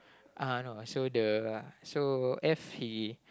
uh I know so the so F he